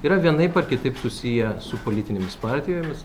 yra vienaip ar kitaip susiję su politinėmis partijomis